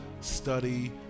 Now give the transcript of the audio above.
study